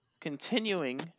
Continuing